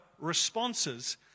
responses